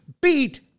Beat